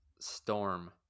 Storm